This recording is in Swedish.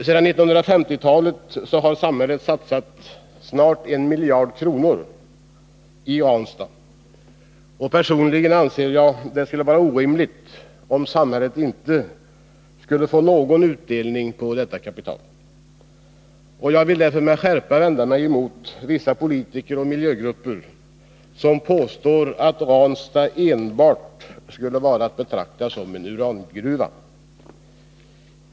Sedan 1950-talet har samhället satsat snart 1 miljard kronor i Ranstad, och personligen anser jag att det vore orimligt om samhället inte skulle få någon utdelning på detta kapital. Jag vill därför med skärpa vända mig mot vissa politiker och miljögrupper som påstår att Ranstad enbart skulle vara att betrakta som en urangruva.